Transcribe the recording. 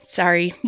sorry